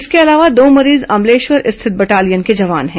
इसके अलावा दो मरीज अमलेश्वर स्थित बटालियन के जवान हैं